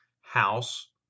house